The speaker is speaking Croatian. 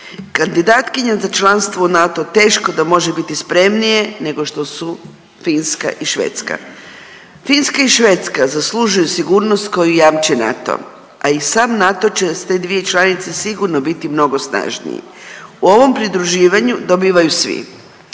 Kandidatkinja za članstvo u NATO teško da može biti spremnije nego što su Finska i Švedska. Finska i Švedska zaslužuju sigurnost koju jamči NATO, a i sam NATO će s te dvije članice sigurno biti mnogo snažniji. U ovom pridruživanju dobivaju svi,